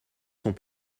sont